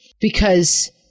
Because-